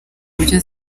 buryo